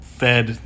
fed